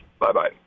Bye-bye